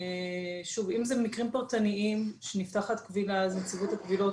שוב אם אלו מקרים פרטניים שנפתחת קבילה אז נציבות הקבילות